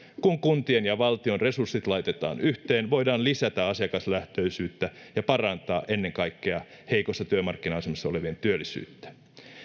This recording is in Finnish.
kun kuntien ja valtion resurssit laitetaan yhteen voidaan lisätä asiakaslähtöisyyttä ja parantaa ennen kaikkea heikossa työmarkkina asemassa olevien työllisyyttä